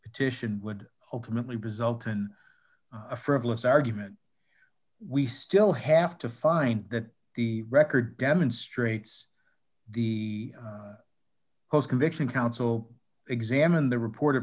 petition would ultimately result in a frivolous argument we still have to find that the record demonstrates the conviction counsel examine the report